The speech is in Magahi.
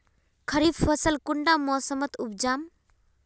खरीफ फसल कुंडा मोसमोत उपजाम?